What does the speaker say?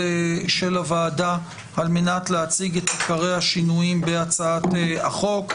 הוועדה על מנת להציג את עיקרי השינויים בהצעת החוק.